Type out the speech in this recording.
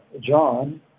John